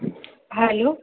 hello